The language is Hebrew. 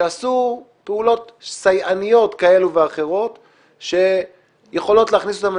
שעשו פעולות סייעניות כאלה ואחרות שיכולות להכניס אותם,